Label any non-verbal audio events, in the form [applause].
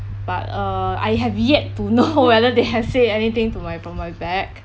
but uh I have yet to know [laughs] whether they have say anything to my from my back